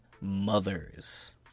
mothers